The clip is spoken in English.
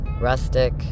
rustic